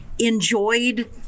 Enjoyed